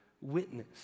witness